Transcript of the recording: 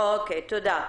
תודה.